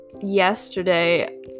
yesterday